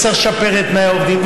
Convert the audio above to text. וצריך לשפר את תנאי העובדים.